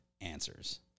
answers